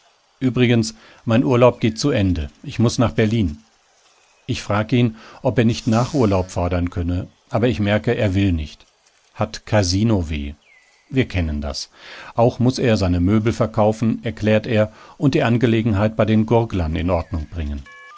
übrigens mein urlaub geht zu ende ich muß nach berlin ich frag ihn ob er nicht nachurlaub fordern könne aber ich merke er will nicht hat kasinoweh wir kennen das auch muß er seine möbel verkaufen erklärt er und die angelegenheit bei den gurglern in ordnung bringen